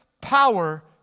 power